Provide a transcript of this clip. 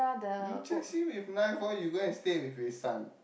you chase him with knife why you go and stay with his son